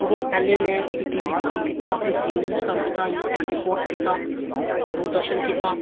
ओह्दे कोला पैह्लें में ई टी वी च कम्म कीता फिर जी न्यूज कम्म कीता न्यूज ट्वांटीफौर च कीता दूरदर्शन कीता